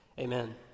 Amen